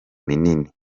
minini